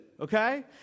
okay